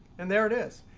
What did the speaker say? and there it is.